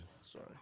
Sorry